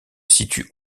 situe